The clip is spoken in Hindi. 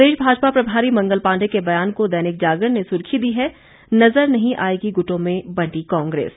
प्रदेश भाजपा प्रभारी मंगल पाण्डे के बयान को दैनिक जागरण ने सुर्खी दी है नज़र नहीं आएगी गुटों में बंटी कांग्रेस